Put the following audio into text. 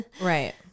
right